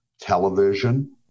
television